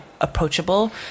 approachable